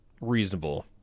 Reasonable